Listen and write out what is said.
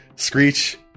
Screech